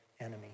enemy